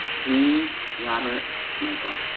dean robert michel.